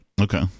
Okay